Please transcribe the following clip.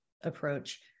approach